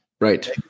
Right